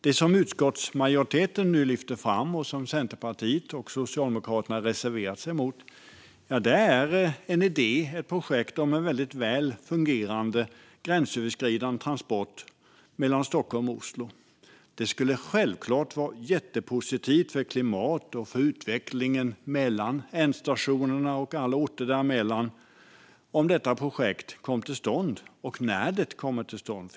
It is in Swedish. Nu lyfter utskottsmajoriteten fram, vilket Centerpartiet och Socialdemokraterna har reserverat sig mot, en idé, ett projekt om en väl fungerande, gränsöverskridande transport mellan Stockholm och Oslo. Det skulle självklart vara jättepositivt för klimatet och för utvecklingen mellan ändstationerna och alla orter däremellan om detta projekt kom till stånd och när det kommer till stånd.